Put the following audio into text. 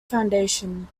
foundation